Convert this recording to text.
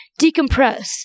decompress